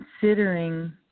considering